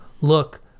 look